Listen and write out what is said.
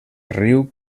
riu